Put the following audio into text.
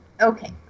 Okay